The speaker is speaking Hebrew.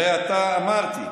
הרי אתה, אמרתי,